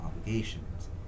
obligations